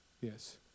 Yes